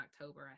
October